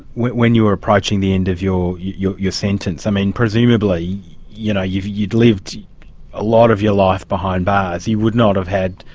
when when you were approaching the end of your your sentence, i mean presumably you know you'd you'd lived a lot of your life behind bars, you would not have had,